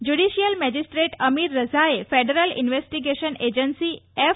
judicial magistrate Amir રઝાએ federal investigation agency F